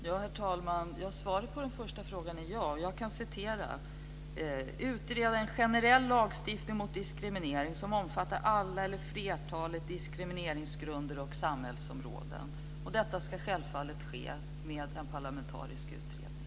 Herr talman! Svaret på den första frågan är ja. Jag läser: Man ska utreda en generell lagstiftning mot diskriminering som omfattar alla eller flertalet diskrimineringsgrunder och samhällsområden. Detta ska självfallet ske med en parlamentarisk utredning.